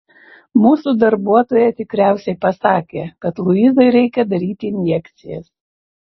mūsų darbuotoja tikriausiai pasakė kad luizai reikia daryti injekcijas